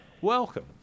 Welcome